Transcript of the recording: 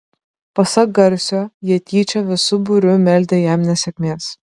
pasak garsio jie tyčia visu būriu meldę jam nesėkmės